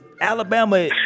Alabama